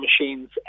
machines